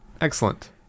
excellent